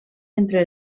entre